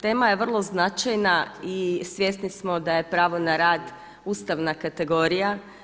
Tema je vrlo značajna i svjesni smo da je pravo na rad ustavna kategorija.